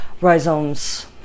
rhizomes